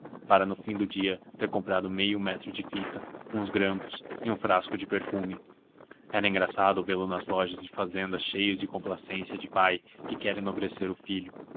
para no fim do dia ter comprado meio metro de fita uns grampos e um frasco de perfume era engraçado vê-lo nas lojas de fazendas cheio de complacência de pai que quer enobrecer o filho